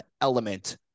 element